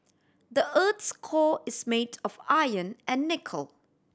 the earth's core is made of iron and nickel